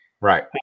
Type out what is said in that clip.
right